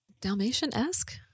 Dalmatian-esque